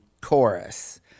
chorus